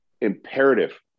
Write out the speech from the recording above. imperative